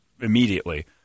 immediately